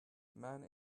man